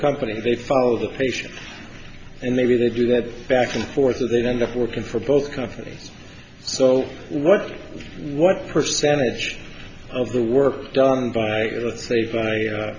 company they follow the patient and maybe they do that back and forth and then end up working for both companies so what what percentage of the work done by my